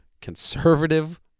conservative